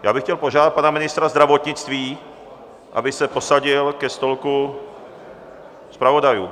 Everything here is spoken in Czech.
Já bych chtěl požádat ministra zdravotnictví, aby se posadil ke stolku zpravodajů.